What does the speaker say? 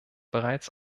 bereits